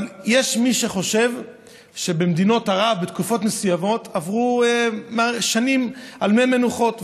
אבל יש מי שחושב שבמדינות ערב בתקופות מסוימות עברו השנים על מי מנוחות,